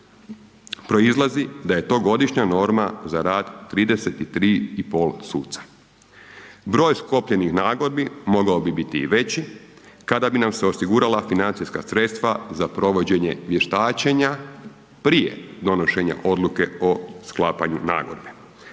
proizlazi da je to godišnja norma za rad 33,5 suca. Broj sklopljenih nagodbi mogao bi biti i veći kada bi nam se osigurala financijska sredstva za provođenje vještačenja prije donošenja odluke o sklapanju nagodbe.